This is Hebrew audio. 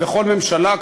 וכל ממשלה,